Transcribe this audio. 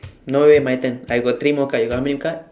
no wait my turn I got three more card you got how many card